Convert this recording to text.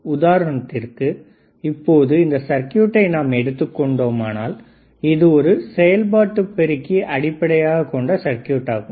உதாரணத்திற்கு இப்பொழுது இந்த சர்க்யூட்டை நாம் எடுத்துக் கொண்டோமானால் இது ஒரு செயல்பாட்டுப் பெருக்கியை அடிப்படையாகக்கொண்ட சர்க்யூட் ஆகும்